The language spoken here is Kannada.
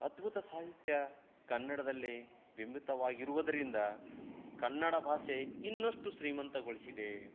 ಅದ್ಭುತ ಸಾಹಿತ್ಯ ಕನ್ನಡದಲ್ಲಿ ಬಿಂಬಿತವಾಗಿರುವುದ್ರಿಂದ ಕನ್ನಡ ಭಾಷೆ ಇನ್ನಷ್ಟು ಶ್ರೀಮಂತಗೊಳಿಸಿದೆ